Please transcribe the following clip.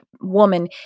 woman